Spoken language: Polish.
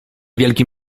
wielkim